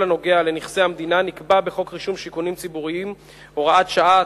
הנוגע לנכסי המדינה נקבע בחוק רישום שיכונים ציבוריים (הוראת שעה),